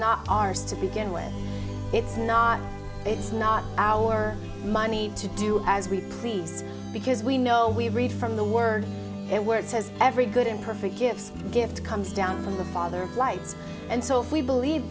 not ours to begin with it's not it's not our money to do as we read because we know we read from the word and where it says every good and perfect gifts gift comes down from the father lights and so if we believe